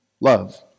Love